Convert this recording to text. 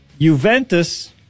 Juventus